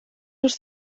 wrth